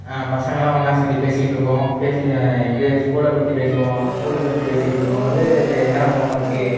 பசங்களாம் ஒன்றா சேர்ந்து பேசிக்கிட்டு இருப்போம் பேசி இது ஸ்கூலை பற்றி பேசுவோம் ஸ்கூலை பற்றி பேசிக்கிட்டு இருக்கும்போது என்னடா ஹோம் ஒர்க்